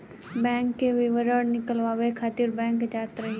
bank के विवरण निकालवावे खातिर बैंक जात रही